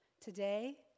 Today